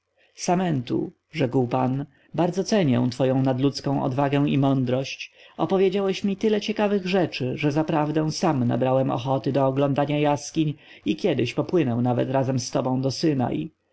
samentu rzekł pan bardzo cenię twoją nadludzką odwagę i mądrość opowiedziałeś mi tyle ciekawych rzeczy że zaprawdę sam nabrałem ochoty do oglądania jaskiń i kiedyś może popłynę razem z tobą do synai